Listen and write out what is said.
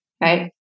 right